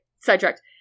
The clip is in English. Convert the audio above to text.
sidetracked